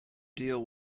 deal